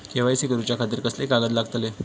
KYC करूच्या खातिर कसले कागद लागतले?